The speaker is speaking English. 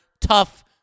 tough